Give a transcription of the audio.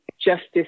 Justice